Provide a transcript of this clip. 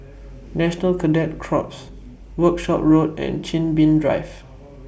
National Cadet Corps Workshop Road and Chin Bee Drive